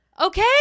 Okay